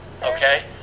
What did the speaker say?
Okay